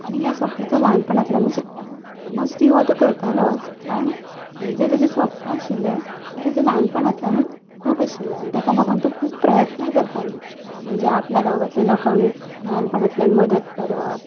आनी हें सप्न तो ल्हानपणांतल्यान शिकता मस्ती हो तो करतालोच पूण हेजी तेजी सपनां आशिल्लें तेजे ल्हानपणानूच खूब आशिल्लें आनी तेका लागोन तो खूब प्रयत्नय करतालो म्हणजे गांवांतल्या लोकांक ल्हानपणांतल्यान मदत करप